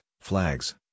flags